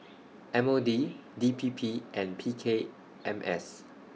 M O D D P P and P K M S